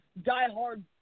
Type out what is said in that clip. diehard